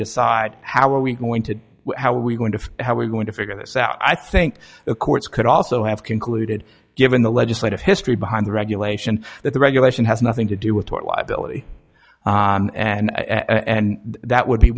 decide how are we going to how are we going to how we're going to figure this out i think the courts could also have concluded given the legislative history behind the regulation that the regulation has nothing to do with tort liability and that would be